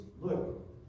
look